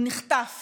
הוא נחטף